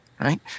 right